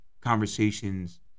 conversations